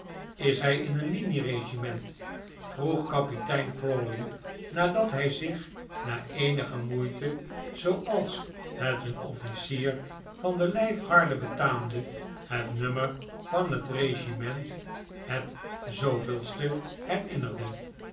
is hij in een linieregiment vroeg kapitein crawley nadat hij zich na eenige moeite zooals het een offlcier van de lijfgarde betaamde het nummer van het regiment het ste herinnerde